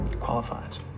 qualifies